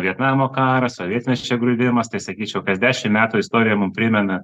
vietnamo karas sovietinis čia griuvimas tai sakyčiau kas dešim metų istorija mum primena